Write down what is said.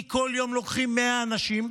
כי כל יום לוקחים 100 אנשים,